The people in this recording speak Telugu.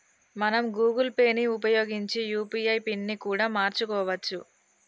మనం గూగుల్ పే ని ఉపయోగించి యూ.పీ.ఐ పిన్ ని కూడా మార్చుకోవచ్చు